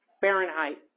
Fahrenheit